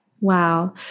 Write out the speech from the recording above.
Wow